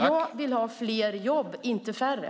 Jag vill ha fler jobb, inte färre.